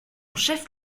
chef